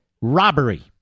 robbery